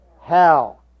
Hell